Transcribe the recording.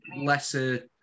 lesser